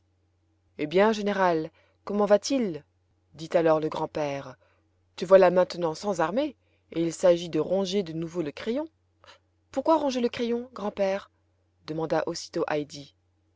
eh bien général comment va-t-il dit alors le grand-père te voilà maintenant sans armée et il s'agit de ronger de nouveau le crayon pourquoi ronger le crayon grand-père demanda aussitôt